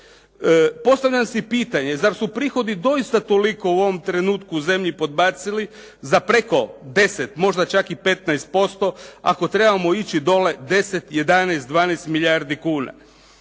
Postavlja se i pitanje zar su prihodi doista toliko u ovom trenutku u zemlji podbacili za preko 10, možda čak i 15% ako trebamo ići dolje 10, 11, 12 milijardi kuna.